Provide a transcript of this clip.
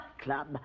Club